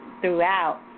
Throughout